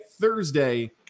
Thursday